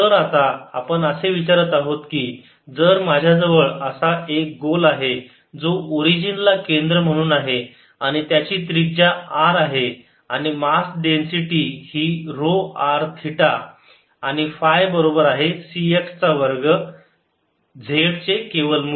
तर आता आपण असे विचारत आहोत की जर माझ्याजवळ असा एक गोल आहे जो ओरिजिन ला केंद्र म्हणून आहे आणि त्याची त्रिज्या r आहे आणि मास डेन्सिटी ही ऱ्हो r थिटा आणि फाय बरोबर आहे C x चा वर्ग z चे केवल मूल्य